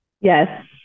Yes